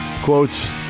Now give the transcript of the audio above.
quotes